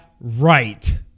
right